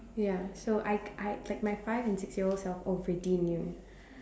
ya so I k~ I like my five and six year old self already knew